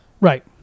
Right